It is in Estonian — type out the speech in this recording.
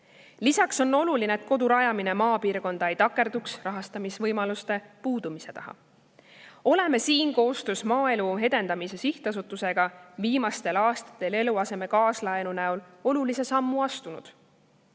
Lisaks on oluline, et kodu rajamine maapiirkonda ei takerduks rahastamisvõimaluste puudumise taha. Oleme astunud koostöös Maaelu Edendamise Sihtasutusega viimastel aastatel eluaseme kaaslaenu [andmisega] olulise sammu.